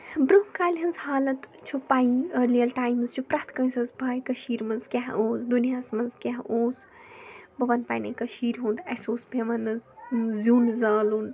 برٛۄنٛہہ کالہِ ہٕنٛز حالَت چھُ پَیی أرلِیَل ٹایمٕز چھِ پرٛٮ۪تھ کٲنٛسہِ ہٕنٛز پَے کٔشیٖرِ منٛز کیٛاہ اوس دُنیاہَس منٛز کیٛاہ اوس بہٕ وَنہٕ پنٛنہِ کٔشیٖرِ ہُنٛد اَسہِ اوس پٮ۪وان حظ زیُن زالُن